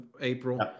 April